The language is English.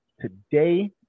today